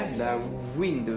know what?